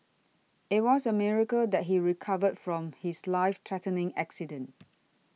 it was a miracle that he recovered from his life threatening accident